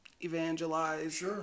evangelize